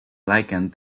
likened